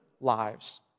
lives